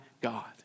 God